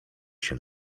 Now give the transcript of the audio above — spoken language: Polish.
się